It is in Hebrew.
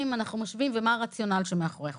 אנחנו משווים ומה הרציונל שמאחורי החוקים.